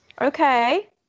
Okay